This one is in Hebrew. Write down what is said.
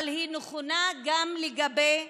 אבל היא נכונה גם לגבי